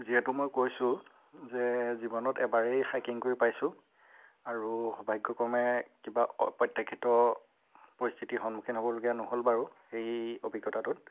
যিহেতু মই কৈছোঁ যে জীৱনত এবাৰেই হাইকিং কৰি পাইছোঁ আৰু সৌভাগ্যক্ৰমে কিবা অপ্ৰত্যাশিত পৰিস্থিতিৰ সন্মুখীন হ'বলগীয়া নহ'ল বাৰু সেই অভিজ্ঞতাটোত